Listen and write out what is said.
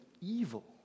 evil